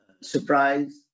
surprise